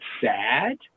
sad